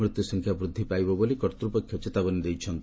ମୃତ୍ୟୁସଂଖ୍ୟା ବୃଦ୍ଧି ପାଇବ ବୋଲି କର୍ତ୍ତୃପକ୍ଷ ଚେତାବନୀ ଦେଇଛନ୍ତି